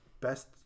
best